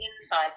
inside